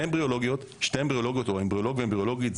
אמבריולוגיות או אמבריולוג ואמבריולוגית,